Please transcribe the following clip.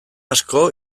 asko